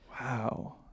wow